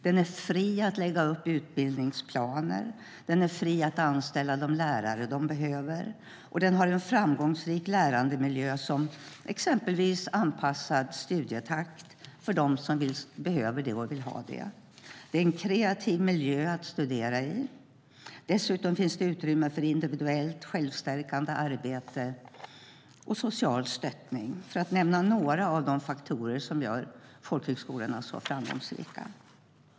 Den är fri att lägga upp utbildningsplaner och att anställa de lärare den behöver. Den har en framgångsrik lärandemiljö med exempelvis anpassad studietakt för dem som vill ha det. Det är en kreativ miljö att studera i. Dessutom finns utrymme för individuellt, självstärkande arbete och social stöttning - för att nämna några av de faktorer som gör folkhögskolorna så framgångsrika.